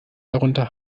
drunter